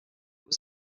was